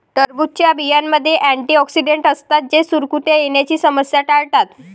टरबूजच्या बियांमध्ये अँटिऑक्सिडेंट असतात जे सुरकुत्या येण्याची समस्या टाळतात